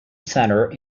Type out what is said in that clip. centre